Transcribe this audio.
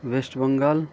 West Bengal